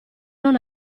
non